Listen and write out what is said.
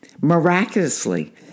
Miraculously